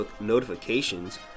notifications